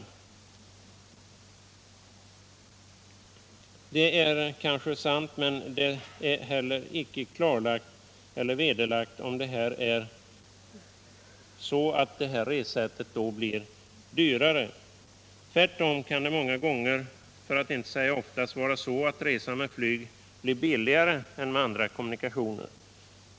Men det är icke bevisat att detta ressätt är det dyraste. Tvärtom kan det många gånger, för att inte säga oftast, vara så att resa med flyg blir billigare än med andra kommunikationer.